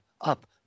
up